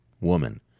woman